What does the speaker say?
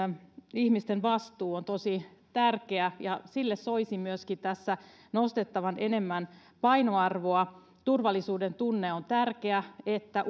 ihmisten vastuu on tosi tärkeä ja sille soisi myöskin tässä nostettavan enemmän painoarvoa turvallisuudentunne on tärkeä että